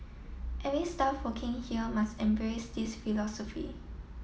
every staff working here must embrace this philosophy